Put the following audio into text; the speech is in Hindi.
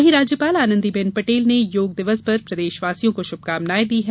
वहीं राज्यपाल आनंदीबेन पटेल ने योग दिवस पर प्रदेशवासियों को शुभकामनाएं दी हैं